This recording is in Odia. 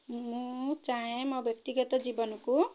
ମୁଁ ଚାହେଁ ମୋ ବ୍ୟକ୍ତିଗତ ଜୀବନକୁ